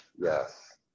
Yes